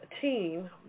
team